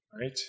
right